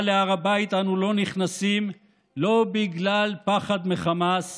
אבל להר הבית אנחנו לא נכנסים לא בגלל פחד מחמאס